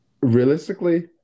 realistically